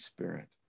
Spirit